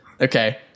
Okay